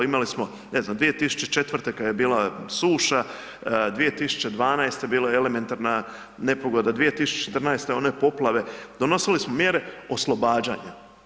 Imali smo ne znam 2004. kad je bila suša, 2012. bila je elementarna nepogoda, 2014. one poplave, donosili smo mjere oslobađanja.